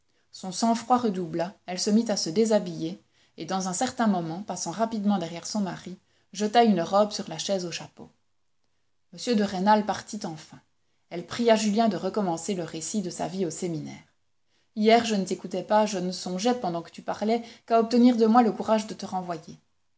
son sang-froid redoubla elle se mit à se déshabiller et dans un certain moment passant rapidement derrière son mari jeta une robe sur la chaise au chapeau m de rênal partit enfin elle pria julien de recommencer le récit de sa vie au séminaire hier je ne t'écoutais pas je ne songeais pendant que tu parlais qu'à obtenir de moi le courage de te renvoyer